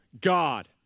God